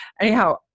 Anyhow